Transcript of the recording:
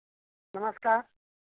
नमस्कार